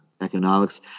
economics